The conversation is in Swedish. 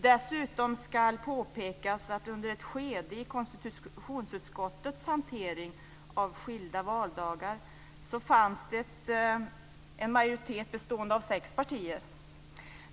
Dessutom ska påpekas att under ett skede i konstitutionsutskottets hantering av skilda valdagar fanns det en majoritet bestående av sex partier.